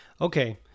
okay